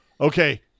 okay